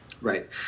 Right